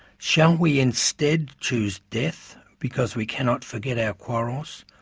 shall we, instead, choose death, because we cannot forget our quarrels?